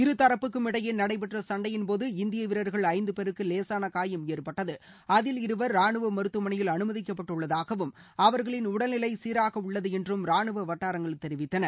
இருதரப்புக்கும் இடையே நடைபெற்ற சண்டையின்போது இந்திய வீரர்கள் ஐந்து பேருக்கு லேசாள காயம் ஏற்பட்டது அதில் இருவர் ரானுவ மருத்துவமனையில் அனுமதிக்கப்பட்டுள்ளதாகவும் அவர்களின் உடல்நிலை சீராக உள்ளது என்றும் ராணுவ வட்டாரங்கள் தெரிவித்தன